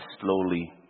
Slowly